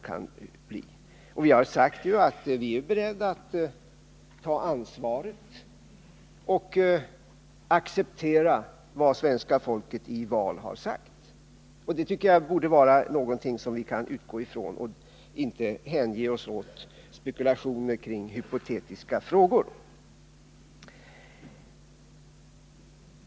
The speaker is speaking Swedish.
Jag har ju sagt att vi är beredda att acceptera vad svenska folket i val säger och ta ansvaret för genomförandet av detta. Det borde man kunna utgå från, utan att uppmana oss att vi skall hänge oss åt spekulationer kring hypotetiska frågor.